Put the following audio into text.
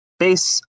base